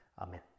Amen